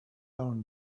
own